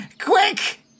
quick